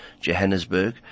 Johannesburg